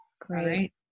Great